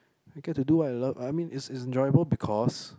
I get to do what I love I mean it's enjoyable because